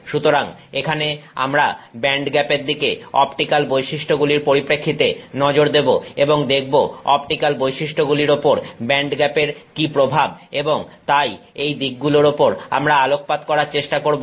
সুতরাং এখানে আমরা ব্যান্ডগ্যাপের দিকে অপটিক্যাল বৈশিষ্ট্যগুলির পরিপ্রেক্ষিতে নজর দেবো এবং দেখব অপটিক্যাল বৈশিষ্ট্যগুলির উপর ব্যান্ডগ্যাপের কি প্রভাব এবং তাই এই দিকগুলোর উপর আমরা আলোকপাত করার চেষ্টা করব